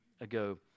ago